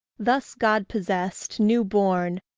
thus god-possessed, new born,